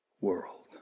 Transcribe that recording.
world